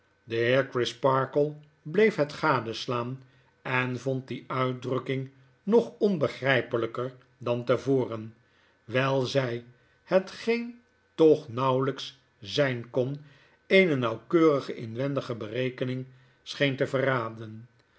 crisparkle bleef het gadeslaan en vond die uitdrukking nog onbegrypelyker dantevoren wijl zy hetgeen toch nauwelijks zijn kon eene nauwkeurige inwendige berekening scheente verraden